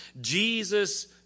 Jesus